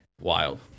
Wild